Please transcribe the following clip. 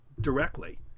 directly